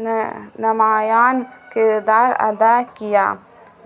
نمایاں کردار ادا کیا